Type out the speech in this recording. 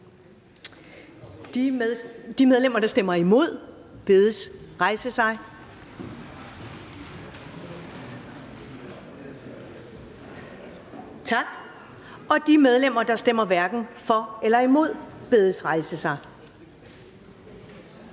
De medlemmer, der stemmer imod, bedes rejse sig. De medlemmer, der stemmer hverken for eller imod, bedes rejse sig. Tak.